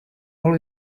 all